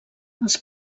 els